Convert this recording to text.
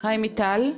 היי מיטל.